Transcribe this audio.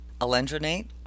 Alendronate